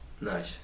Nice